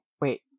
wait